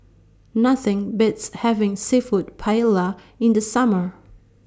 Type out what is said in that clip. Nothing Beats having Seafood Paella in The Summer